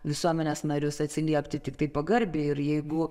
visuomenės narius atsiliepti tiktai pagarbiai ir jeigu